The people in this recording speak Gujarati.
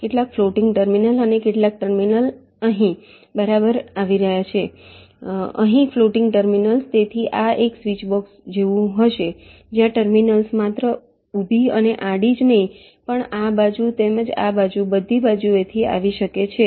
કેટલાક ફ્લોટિંગ ટર્મિનલ્સ અને કેટલાક ટર્મિનલ્સ અહીં બહાર આવી રહ્યા છે અહીં ફ્લોટિંગ ટર્મિનલ્સ તેથી આ એક સ્વીચબોક્સ જેવું હશે જ્યાં ટર્મિનલ્સ માત્ર ઊભી અને આડી જ નહીં પણ આ બાજુ તેમજ આ બાજુ બધી બાજુઓથી આવી શકે છે